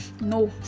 no